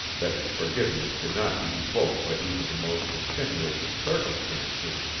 that his forgiveness could not be evoked by even the most extenuating of circumstances,